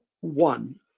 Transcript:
one